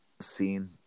scene